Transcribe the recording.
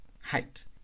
height